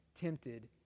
tempted